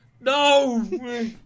No